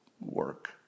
work